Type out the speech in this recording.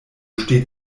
steht